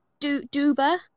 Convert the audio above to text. Duba